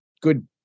good